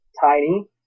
tiny